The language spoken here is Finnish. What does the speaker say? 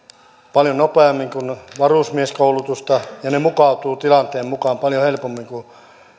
paljon nopeammin kuin varusmieskoulutusta ja ne mukautuvat tilanteen mukaan paljon helpommin kuin